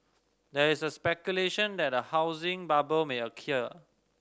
there is speculation that a housing bubble may occur